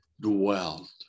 dwelt